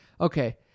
Okay